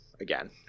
again